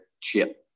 chip